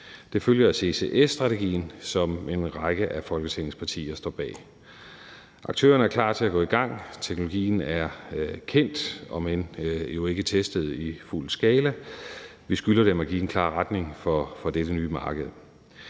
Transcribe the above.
Det følger af ccs-strategien, som en række af Folketingets partier står bag. Aktørerne er klar til at gå i gang, teknologien er kendt – om end den jo ikke er testet i fuld skala – og vi skylder dem at give en klar retning for dette nye marked.